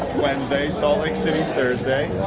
wednesday, salt lake city thursday,